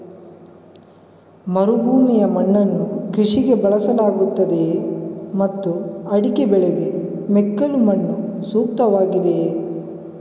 ಮರುಭೂಮಿಯ ಮಣ್ಣನ್ನು ಕೃಷಿಗೆ ಬಳಸಲಾಗುತ್ತದೆಯೇ ಮತ್ತು ಅಡಿಕೆ ಬೆಳೆಗೆ ಮೆಕ್ಕಲು ಮಣ್ಣು ಸೂಕ್ತವಾಗಿದೆಯೇ?